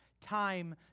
time